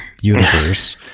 universe